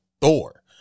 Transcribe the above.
Thor